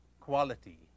quality